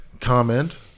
Comment